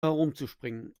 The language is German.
herumzuspringen